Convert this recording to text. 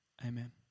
Amen